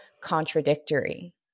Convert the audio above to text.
contradictory